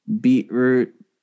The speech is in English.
beetroot